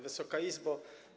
Wysoka Izbo!